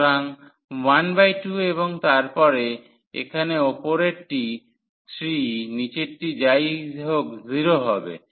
সুতরাং 12 এবং তারপরে এখানে উপরেরটি 3 নিচেরটি যাইহোক 0 হবে